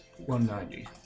190